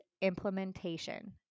implementation